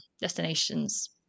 destinations